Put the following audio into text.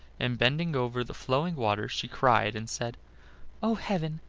and bending over the flowing water she cried and said oh! heaven,